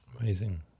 Amazing